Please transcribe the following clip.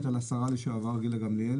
על הצו שחתומה עליו השרה לשעבר גילה גמליאל